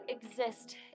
exist